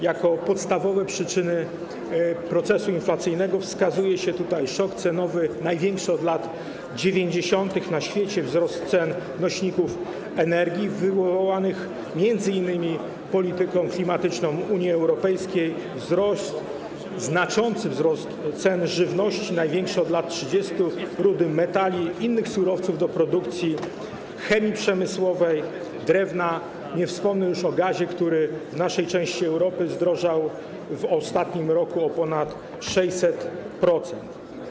Jako podstawowe przyczyny procesu inflacyjnego wskazuje się tutaj szok cenowy największy od lat 90. na świecie, wzrost cen nośników energii wywołany m.in. polityką klimatyczną Unii Europejskiej, znaczący wzrost cen żywności, największy od lat 30., rudy metali i innych surowców do produkcji chemii przemysłowej, drewna, nie wspomnę już o gazie, który w naszej części Europy zdrożał w ostatnim roku o ponad 600%.